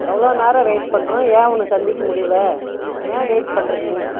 எவ்வளோ நேரம் வெயிட் பண்ணுறோம் ஏன் உன்னை சந்திக்க முடியல ஏன் லேட் பண்ணுற நீ